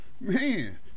man